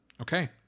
okay